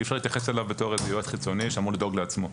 אי-אפשר להתייחס אליו בתור יועץ חיצוני שאמור לדאוג לעצמו.